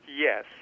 Yes